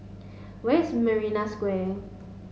where is Marina Square